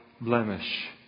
blemish